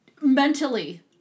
Mentally